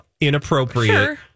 inappropriate